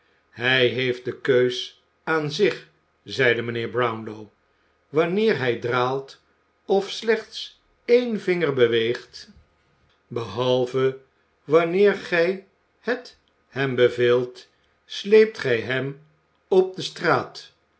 hij heeft de keus aan zich zeide mijnheer brownlow wanneer hij draalt of slechts een vinger beweegt behalve wanneer gij het hem beveelt sleept gij hem op de straat